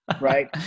right